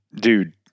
dude